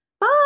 Bye